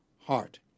Heart